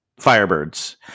Firebirds